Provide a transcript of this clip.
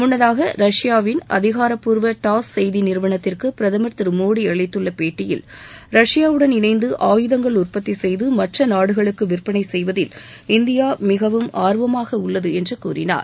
முன்னதாக ரஷ்யாவின் அதிகாரப்பூர்வ டாஸ் செய்தி நிறுவனத்திற்கு பிரதமர் திரு மோடி அளித்துள்ள பேட்டியில் ரஷ்யா உடன் இணைந்து ஆயுதங்கள் உற்பத்தி செய்து மற்ற நாடுகளுக்கு விற்பனை செய்வதில் இந்தியா மிகவும் ஆர்வமாக உள்ளது என்று கூறினார்